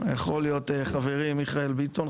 יכול להיות שחברי מיכאל ביטון,